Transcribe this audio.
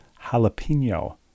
jalapeno